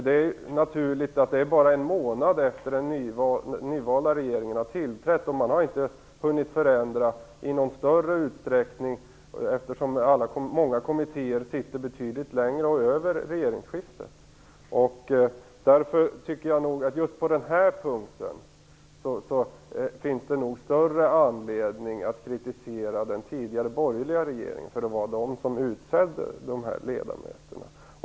Det var bara en månad efter att den nyvalda regeringen hade tillträtt och man hade inte hunnit göra förändringar i någon större utsträckning, eftersom många kommittéers arbete fortsätter betydligt längre och över regeringsskiften. Därför tycker jag nog att det just på den här punkten finns större anledning att kritisera den tidigare, borgerliga regeringen, för de var den som utsåg dessa ledamöter.